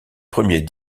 premier